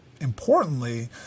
importantly